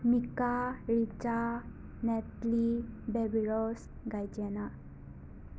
ꯃꯤꯀꯥ ꯔꯤꯆꯥ ꯅꯦꯠꯂꯤ ꯕꯦꯕꯤꯔꯣꯁ ꯒꯥꯏꯖꯦꯅꯥ